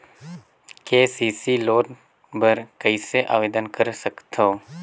KCC loan बर कइसे आवेदन कर सकथव?